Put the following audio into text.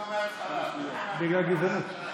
בגלל גזענות.